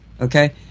Okay